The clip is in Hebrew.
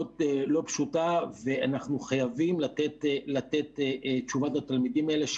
לא פשוטה ואנחנו חייבים לתת תשובות לתלמידים האלה,